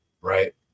right